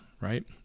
right